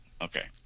Okay